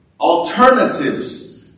alternatives